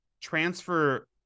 transfer